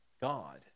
God